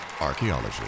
Archaeology